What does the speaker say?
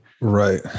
Right